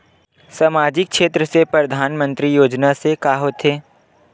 सामजिक क्षेत्र से परधानमंतरी योजना से का होथे?